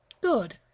Good